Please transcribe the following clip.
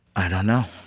i don't know.